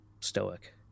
stoic